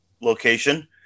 location